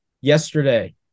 yesterday